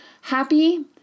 happy